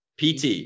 Pt